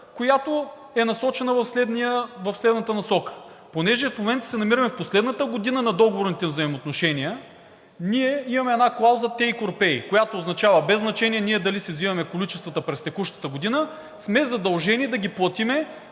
която е насочена в следната насока. Понеже в момента се намираме в последната година на договорните взаимоотношения, ние имаме една клауза take or pay, която означава: без значение ние дали си взимаме количествата през текущата година, сме задължени да ги платим,